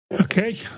Okay